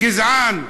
גזען בכותרת,